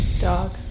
dog